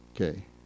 Okay